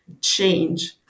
change